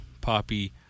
Poppy